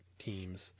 teams